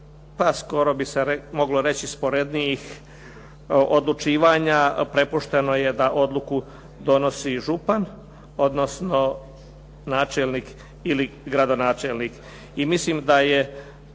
pa skoro bi se moglo reći sporednijih odlučivanja prepušteno je da odluku donosi župan, odnosno načelnik ili gradonačelnik.